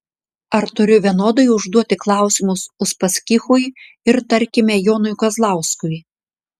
ar turiu vienodai užduoti klausimus uspaskichui ir tarkime jonui kazlauskui